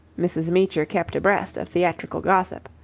mrs. meecher kept abreast of theatrical gossip.